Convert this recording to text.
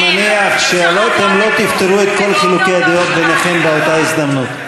אני מניח שאתם לא תפתרו את כל חילוקי הדעות ביניכם באותה הזדמנות.